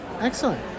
Excellent